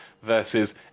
versus